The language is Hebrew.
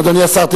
אדוני השר,